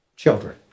Children